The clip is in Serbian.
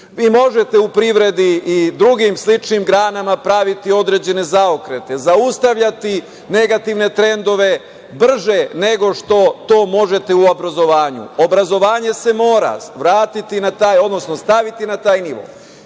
možete u privredi i drugim sličnim granama praviti određene zaokrete, zaustavljati negativne trendove brže nego što to možete u obrazovanju. Obrazovanje se mora vratiti, odnosno